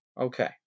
Okay